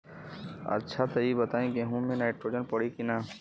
अच्छा त ई बताईं गेहूँ मे नाइट्रोजन पड़ी कि ना?